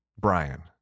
Brian